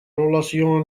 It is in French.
relations